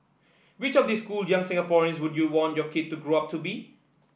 which of these cool young Singaporeans would you want your kid to grow up to be